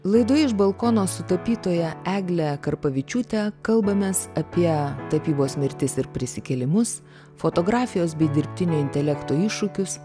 laidoje iš balkono su tapytoja egle karpavičiūte kalbamės apie tapybos mirtis ir prisikėlimus fotografijos bei dirbtinio intelekto iššūkius